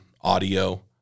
audio